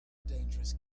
dangerous